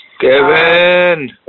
Kevin